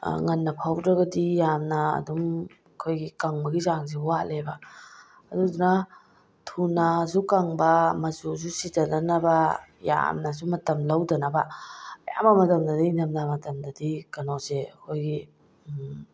ꯉꯟꯅ ꯐꯧꯍꯧꯗ꯭ꯔꯒꯗꯤ ꯌꯥꯝꯅ ꯑꯗꯨꯝ ꯑꯩꯈꯣꯏꯒꯤ ꯀꯪꯕꯒꯤ ꯆꯥꯡꯁꯦ ꯋꯥꯠꯂꯦꯕ ꯑꯗꯨꯗꯨꯅ ꯊꯨꯅꯁꯨ ꯀꯪꯕ ꯃꯆꯨꯁꯨ ꯁꯤꯊꯗꯅꯕ ꯌꯥꯝꯅꯁꯨ ꯃꯇꯝ ꯂꯧꯗꯅꯕ ꯑꯌꯥꯝꯕ ꯃꯇꯝꯗꯗꯤ ꯏꯪꯊꯝꯊꯥ ꯃꯇꯝꯗꯗꯤ ꯀꯩꯅꯣꯁꯦ ꯑꯩꯈꯣꯏꯒꯤ